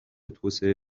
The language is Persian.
توسعه